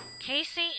Casey